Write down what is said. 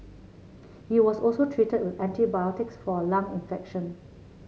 he was also treated with antibiotics for a lung infection